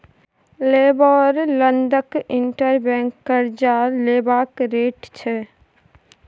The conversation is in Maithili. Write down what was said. लेबोर लंदनक इंटर बैंक करजा देबाक रेट छै